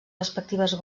respectives